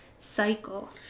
cycle